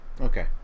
Okay